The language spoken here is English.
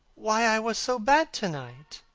why i was so bad to-night.